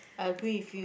I agree with you